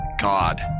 God